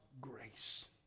grace